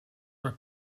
are